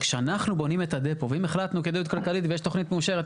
כשאנחנו בונים את הדפו ואם החלטנו כדאיות כלכלית ויש תוכנית מאושרת,